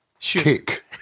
kick